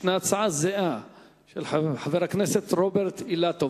וישנה הצעה זהה של חבר הכנסת רוברט אילטוב.